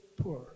poor